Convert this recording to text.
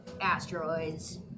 asteroids